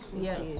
yes